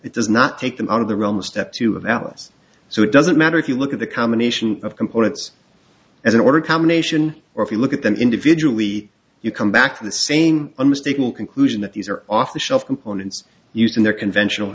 it does not take them out of the realm of step two of alice so it doesn't matter if you look at the combination of components as an order combination or if you look at them individually you come back to the same unmistakable conclusion that these are off the shelf components used in their conventional